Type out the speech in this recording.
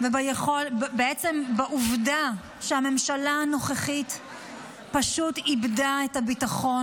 בעצם בעובדה שהממשלה הנוכחית פשוט איבדה את הביטחון